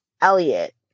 Elliot